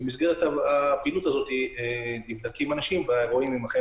במסגרת הפעילות הזאת נבדקים אנשים ורואים אם אדם